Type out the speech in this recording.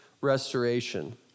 restoration